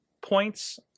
points